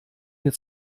mir